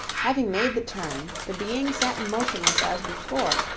having made the turn, the being sat motionless as before,